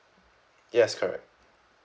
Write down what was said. yes correct